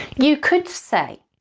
you could say